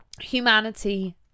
humanity